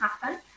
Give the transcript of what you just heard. happen